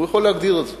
הוא יכול להגדיר את זה,